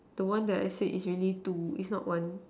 the one I said is really two is not one